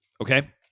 okay